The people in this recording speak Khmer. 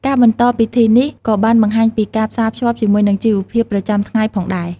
ការបន្តពិធីនេះក៏បានបង្ហាញពីការផ្សារភ្ជាប់ជាមួយជីវភាពប្រចាំថ្ងៃផងដែរ។